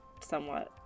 somewhat